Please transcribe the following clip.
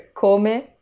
come